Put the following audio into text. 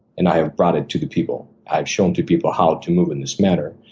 and i have brought it to the people. i have shown to people how to move in this matter,